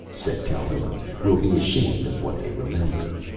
said calhoun, will be ashamed of what they remember.